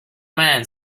man